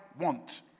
want